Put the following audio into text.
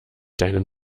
deinen